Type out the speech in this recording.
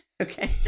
Okay